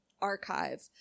archive